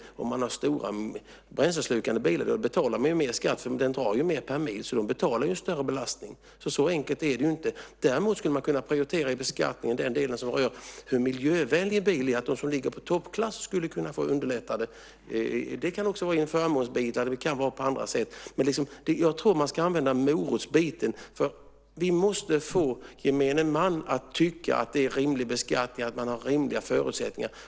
Har man en stor bränsleslukande bil betalar man mer skatt eftersom den drar mer per mil. De betalar för en större belastning. Så enkelt är det inte. Däremot går det att i beskattningen prioritera den del som rör hur miljövänlig bilen är. De som ligger i toppklass skulle få en lättnad. Det kan vara en förmånsbil eller på annat sätt. Jag tror på att använda moroten. Vi måste få gemene man att tycka att beskattningen är rimlig och att de har rimliga förutsättningar.